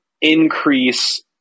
increase